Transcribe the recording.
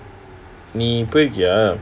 நீ போயிருக்குயா:nee poirukuya